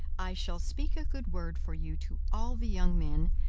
i shall speak a good word for you to all the young men,